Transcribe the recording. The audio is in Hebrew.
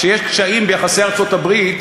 כשיש קשיים ביחסים עם ארצות-הברית,